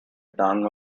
tongue